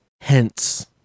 Hence